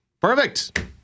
Perfect